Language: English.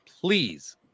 please